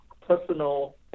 personal